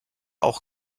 auch